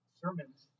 sermons